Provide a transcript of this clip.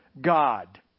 God